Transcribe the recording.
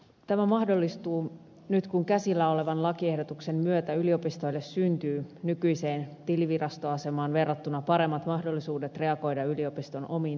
tämä mahdollistuu nyt kun käsillä olevan lakiehdotuksen myötä yliopistoille syntyy nykyiseen tilivirastoasemaan verrattuna paremmat mahdollisuudet reagoida yliopiston omiin tarpeisiin ja yhteiskunnan odotuksiin